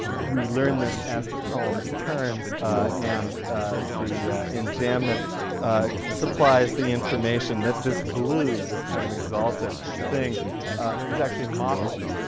we learn this as the poem turns and the enjambment supplies the information that this blue, this kind of exalted thing is actually mottled,